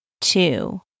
two